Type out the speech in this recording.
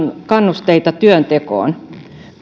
kannusteita työntekoon